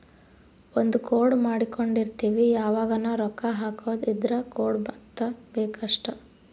ಒಂದ ಕೋಡ್ ಮಾಡ್ಕೊಂಡಿರ್ತಿವಿ ಯಾವಗನ ರೊಕ್ಕ ಹಕೊದ್ ಇದ್ರ ಕೋಡ್ ವತ್ತಬೆಕ್ ಅಷ್ಟ